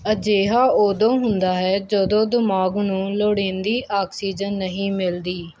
ਅਜਿਹਾ ਉਦੋਂ ਹੁੰਦਾ ਹੈ ਜਦੋਂ ਦਿਮਾਗ ਨੂੰ ਲੋੜੀਂਦੀ ਆਕਸੀਜਨ ਨਹੀਂ ਮਿਲਦੀ